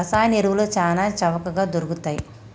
రసాయన ఎరువులు చాల చవకగ దొరుకుతయ్